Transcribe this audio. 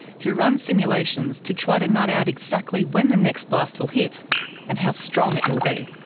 who run simulations to try to nut out exactly when the next blast will hit and how strong it will be.